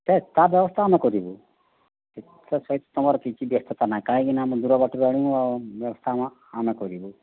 ତା ବ୍ୟବସ୍ଥା ଆମେ କରିବୁ କିଛି ବ୍ୟବସ୍ଥାତା ନାହିଁ କାହିଁକିନା ଆମେ ଦୂର ବାଟରୁ ଆଣିବୁ ଆଉ ସେ ବ୍ୟବସ୍ଥା ଆମେ କରିବୁ